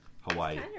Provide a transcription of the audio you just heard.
Hawaii